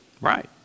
Right